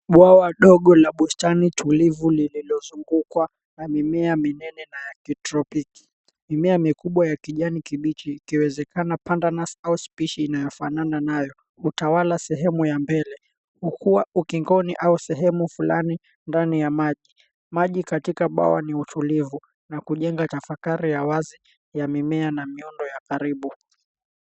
Bwawa dogo la bustani tulivu lililozungukwa na mimea minene na ya kitropiki. Mimea mikubwa ya kijanikibichi ikiwezekana panda nus[ cs] au species inayofanana nayo hutawala sehemu ya mbele hukua ukingoni au sehemu fulani ndani ya maji. Maji katika bwawa ni utulivu na kujenga tafakari ya wazi ya mimea na miundo ya karibu.